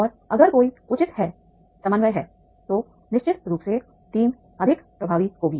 और अगर कोई उचित है समन्वय है तो निश्चित रूप से टीम अधिक प्रभावी होगी